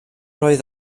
oedd